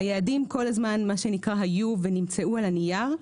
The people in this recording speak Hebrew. היעדים כל הזמן, מה שנקרא, היו ונמצאו על הנייר.